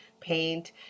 paint